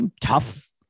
tough